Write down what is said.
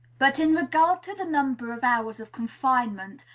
but in regard to the number of hours of confinement,